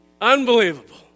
Unbelievable